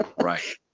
right